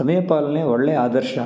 ಸಮಯ ಪಾಲನೆ ಒಳ್ಳೆಯ ಆದರ್ಶ